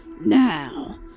Now